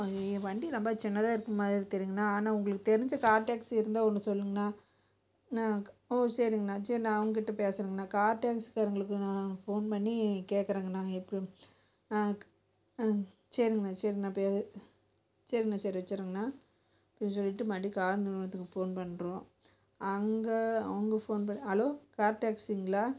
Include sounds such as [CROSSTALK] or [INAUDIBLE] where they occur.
ஐயய்யோ வண்டி ரொம்ப சின்னதாக இருக்கறமாரி தெரியுங்கண்ணா ஆனால் உங்களுக்கு தெரிஞ்ச கார் டாக்ஸி இருந்தால் ஒன்று சொல்லுங்கண்ணா அண்ணா ஓ சரிங்கண்ணா சரி நா அவங்கக்கிட்ட பேசறங்கண்ணா கார் டாக்ஸிக்காரங்களுக்கு நான் ஃபோன் பண்ணி கேட்குறங்கண்ணா எப்பிட்னு ஆ ஆ சேரிங்காண்ணா சேரிங்ணா நான் [UNINTELLIGIBLE] சரிங்கணா சரி வச்சிடறங்ணா [UNINTELLIGIBLE] ஃபோன் பண்ணுறோம் அங்கே அவங்க ஃபோன் பண்ண ஹலோ கார் டாக்ஸிங்களா